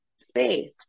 space